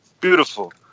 beautiful